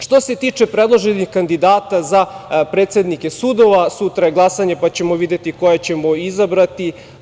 Što se tiče predloženih kandidata za predsednike sudova, sutra je glasanje pa ćemo videti koje ćemo izabrati.